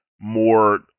more